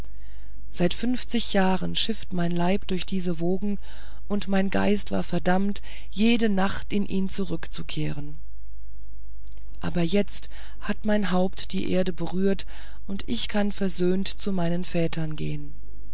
seit fünfzig jahren schifft mein leib durch diese wogen und mein geist war verdammt jede nacht in ihn zurückzukehren aber jetzt hat mein haupt die erde berührt und ich kann versöhnt zu meinen vätern gehen